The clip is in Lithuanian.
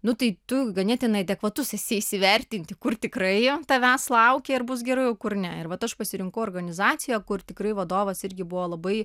nu tai tu ganėtinai adekvatus esi įsivertinti kur tikrai tavęs laukia ir bus geraio kur ne ir vat aš pasirinkau organizaciją kur tikrai vadovas irgi buvo labai